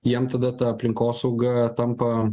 jiem tada ta aplinkosauga tampa